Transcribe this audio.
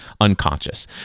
unconscious